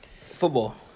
football